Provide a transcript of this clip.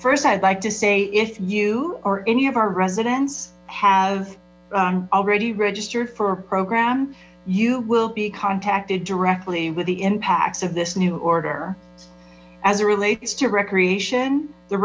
first i'd like to say if you or any of our residents have already registered for a program you will be contacted directly the impacts of this new order as it relates to recreation the